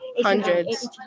hundreds